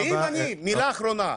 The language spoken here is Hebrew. מילה אחרונה,